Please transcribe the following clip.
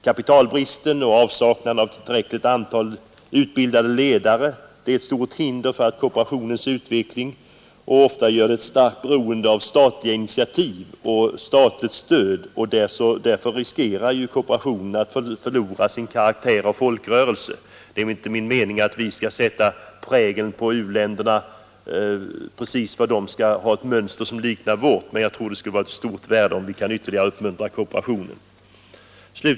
Kapitalbristen och bristen på utbildad ledare är på många håll ett stort hinder för kooperationens utveckling och gör denna beroende av statliga initiativ och statligt stöd, varigenom kooperationen riskerar att förlora sin karaktär av folkrörelse. Det är inte min uppfattning att vi skall sätta vår prägel på u-länderna och ge dem ett mönster för verksamheten som liknar vårt, men jag tror att det är av stort värde om vi ytterligare kan uppmuntra kooperationen.